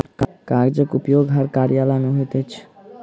कागजक उपयोग हर कार्यालय मे होइत अछि